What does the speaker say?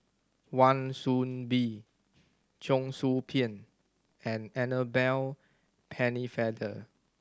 Wan Soon Bee Cheong Soo Pieng and Annabel Pennefather